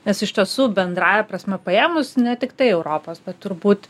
nes iš tiesų bendrąja prasme paėmus ne tiktai europos bet turbūt